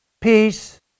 peace